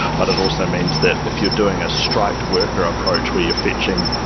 but it also means that if you're doing a striped work or approach where you're fetching